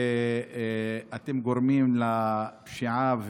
אתם גורמים לפשיעה,